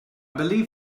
believe